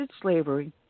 slavery